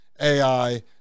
AI